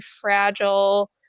fragile